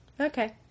Okay